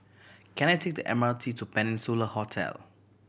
can I take the M R T to Peninsula Hotel